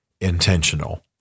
intentional